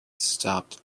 stopped